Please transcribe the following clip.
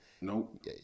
Nope